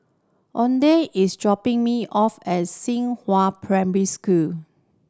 Oneida is dropping me off as Xinghua Primary School